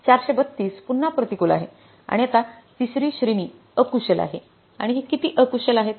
432 पुन्हा प्रतिकूल आहे आणि आता तिसरी श्रेणी अकुशल आहे आणि हे किती अकुशल आहे